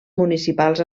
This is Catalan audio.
municipals